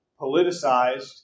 politicized